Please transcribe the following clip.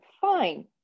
fine